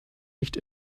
nicht